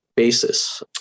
Basis